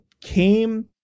came